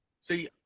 See